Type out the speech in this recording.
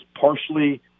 partially